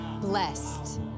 blessed